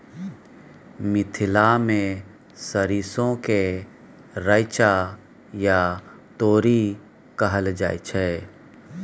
मिथिला मे सरिसो केँ रैचा या तोरी कहल जाइ छै